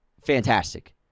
fantastic